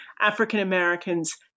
African-Americans